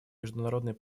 международный